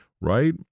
right